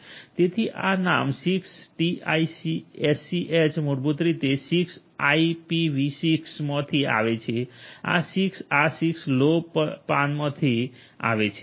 તેથી આ નામ 6ટીઆઈએસસીએચ મૂળભૂત રીતે 6 આ આઈપીવી6 માંથી આવે છે અથવા 6 આ 6 લો પનમાંથી આવે છે